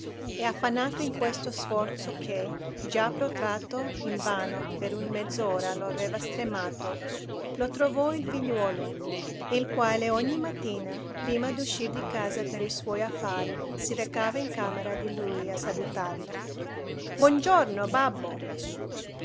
e affannato in questo sforzo che già protratto invano per una mezz'ora lo aveva stremato lo trovò il figliuolo il quale ogni mattina prima d'uscir di casa per i suoi affari si recava in camera di lui a salutarlo buon giorno babbo